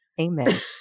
Amen